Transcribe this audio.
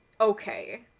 okay